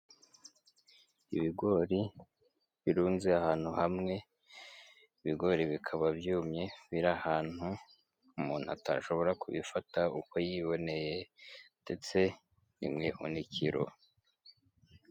Ibigori birunze ahantu hamwe, ibigori bikaba byumye, biri ahantu umuntu atashobora kubifata uko yiboneye ndetse ni mu ihunikiro.